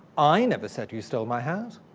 i never said you stole my hat.